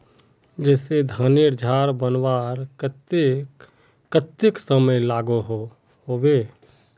जैसे धानेर झार बनवार केते कतेक समय लागोहो होबे?